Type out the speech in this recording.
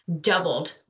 doubled